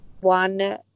one